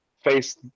face